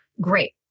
great